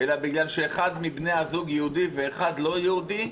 אלא בגלל שאחד מבני הזוג יהודי והשני לא יהודי.